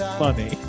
funny